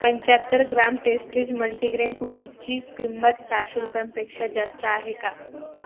पंचाहत्तर gram Tasties multigrain कुकीजची किंमत सहाशे रुपयांपेक्षा जास्त आहे का